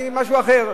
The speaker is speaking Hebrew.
אני משהו אחר.